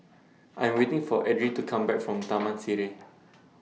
I Am waiting For Edrie to Come Back from Taman Sireh